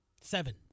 Seven